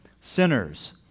sinners